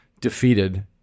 defeated